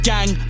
Gang